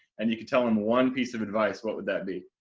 and you tell him one piece of advice, what would that be?